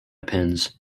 pins